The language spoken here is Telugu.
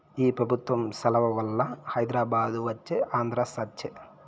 ఈ పెబుత్వం సలవవల్ల హైదరాబాదు వచ్చే ఆంధ్ర సచ్చె